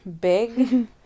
big